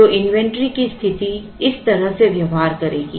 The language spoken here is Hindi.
तो इन्वेंट्री की स्थिति इस तरह से व्यवहार करेगी